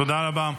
תודה רבה.